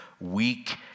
weak